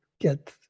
get